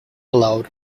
allowed